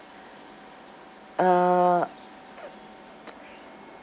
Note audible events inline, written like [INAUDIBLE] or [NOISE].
uh [NOISE]